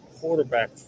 quarterback